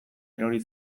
erori